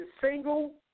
single